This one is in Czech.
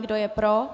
Kdo je pro?